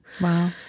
Wow